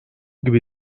gibi